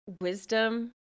wisdom